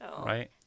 right